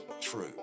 true